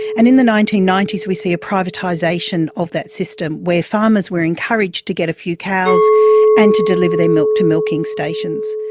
and in the nineteen ninety s we see a privatisation of that system where farmers were encouraged to get a few cows and to deliver their milk to milking stations.